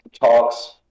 talks